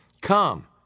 Come